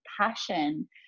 passion